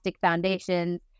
foundations